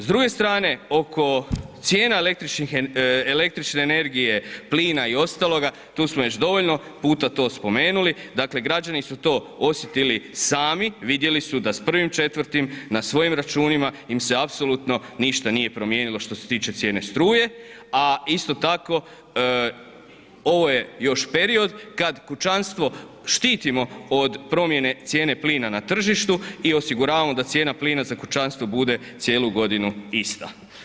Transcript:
S druge strane, oko cijena električne energije, plina i ostaloga, tu smo već dovoljno puta to spomenuli, dakle građani su to osjetili sami, vidjeli su da s 01.04. na svojim računima im se apsolutno ništa nije promijenilo što se tiče cijene struje, a isto tako ovo je još period kad kućanstvo štitimo od promijene cijene plina na tržištu i osiguravamo da cijena plina za kućanstvo bude cijelu godinu ista.